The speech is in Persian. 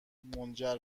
منجر